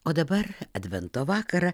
o dabar advento vakarą